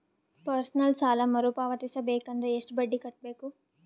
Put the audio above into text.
Personal ಸಾಲ ಮರು ಪಾವತಿಸಬೇಕಂದರ ಎಷ್ಟ ಬಡ್ಡಿ ಕಟ್ಟಬೇಕು?